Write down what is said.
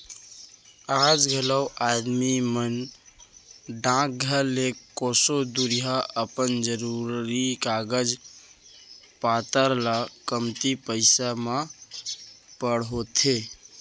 आज घलौ आदमी मन डाकघर ले कोसों दुरिहा अपन जरूरी कागज पातर ल कमती पइसा म पठोथें